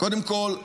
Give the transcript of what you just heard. קודם כול,